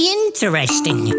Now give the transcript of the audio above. interesting